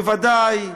בוודאי,